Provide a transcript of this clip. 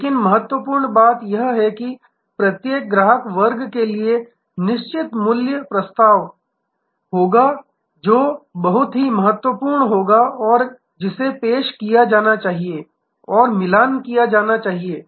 लेकिन महत्वपूर्ण बात यह है कि प्रत्येक ग्राहक वर्ग के लिए निश्चित मूल प्रस्ताव मूल्य होगा जो बहुत ही महत्वपूर्ण होगा और जिसे पेश किया जाना चाहिए और मिलान किया जाना चाहिए